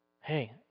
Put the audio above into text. Hey